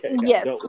Yes